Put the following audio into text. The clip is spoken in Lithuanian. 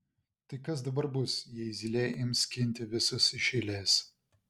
tai kas dabar bus jei zylė ims skinti visus iš eilės